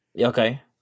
Okay